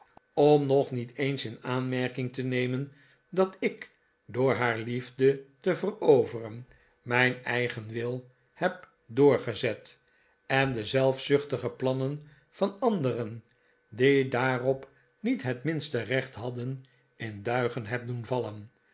om nog niet eens in aanmerking te nemen dat ik door haar liefde te veroveren mijn eigen wil heb doorgezet en de zelfzuchtige plannen van anderen die daarop niet het minste recht hadden in duigen heb doen vallen